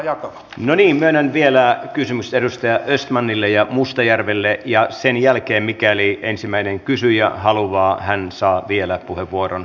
no niin myönnän vielä kysymykset edustaja östmanille ja mustajärvelle ja sen jälkeen mikäli ensimmäinen kysyjä haluaa hän saa vielä puheenvuoron